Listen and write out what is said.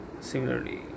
similarly